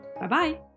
Bye-bye